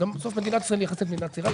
אז גם בסוף מדינת ישראל היא יחסית מדינה צעירה,